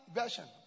version